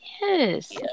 Yes